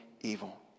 evil